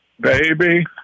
Baby